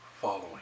following